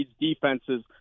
defenses